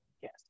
Yes